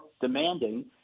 demanding